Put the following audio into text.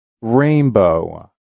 Rainbow